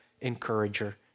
encourager